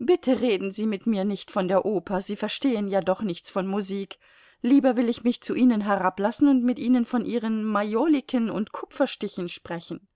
bitte reden sie mit mir nicht von der oper sie verstehen ja doch nichts von musik lieber will ich mich zu ihnen herablassen und mit ihnen von ihren majoliken und kupferstichen sprechen